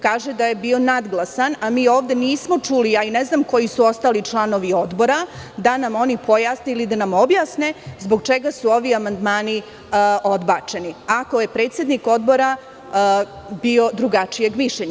Kaže da je bio nadglasan, a mi ovde nismo čuli, ja i ne znam koji su ostali članovi Odbora, da nam oni pojasne ili objasne zbog čega su ovi amandmani odbačeni, ako je predsednik Odbora bio drugačijeg mišljenja.